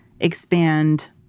expand